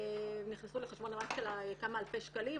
נכנסו לחשבון הבנק שלה כמה אלפי שקלים,